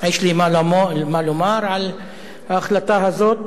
יש לי מה לומר על ההחלטה הזאת,